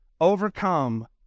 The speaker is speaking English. overcome